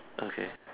okay